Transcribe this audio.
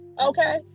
okay